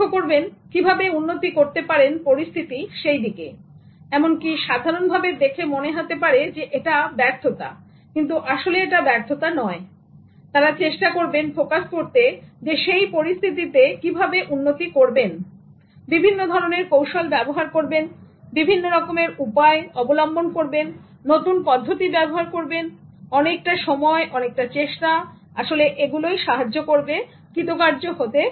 লক্ষ্য করবেন কিভাবে উন্নতি করতে পারেন পরিস্থতি সেই দিকে এমনকি সাধারণভাবে দেখে মনে হতে পারে এটা ব্যর্থতা কিন্তু আসলে এটা ব্যর্থতা নয় সুতরাংচেষ্টা করবেন ফোকাস করতে সেই পরিস্থিতির কিভাবে উন্নতি করবেন বিভিন্ন ধরনের কৌশল ব্যবহার করবেন বিভিন্ন রকমের উপায় নতুন পদ্ধতি ব্যবহার করবেন অনেকটা সময় অনেকটা চেষ্টা আসলে এগুলোই সাহায্য করবে কৃতকার্য হতে